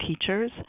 teachers